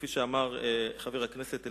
כפי שאמר חבר הכנסת אלדד,